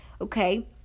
okay